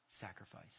sacrifice